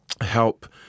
help